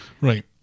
Right